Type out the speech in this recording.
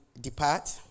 depart